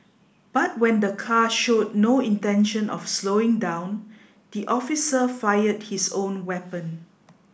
but when the car showed no intention of slowing down the officer fired his own weapon